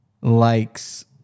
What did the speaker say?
likes